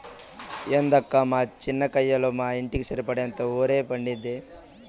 ఏందక్కా మా చిన్న కయ్యలో మా ఇంటికి సరిపడేంత ఒరే పండేది